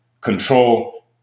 control